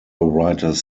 writers